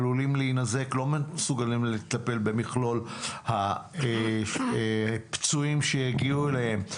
הם עלולים להינזק ולא מסוגלים לטפל במכלול הפצועים שיגיעו אליהם.